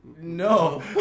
no